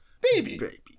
baby